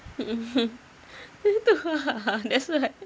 mm ah itu ah that's why